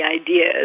ideas